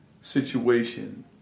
situation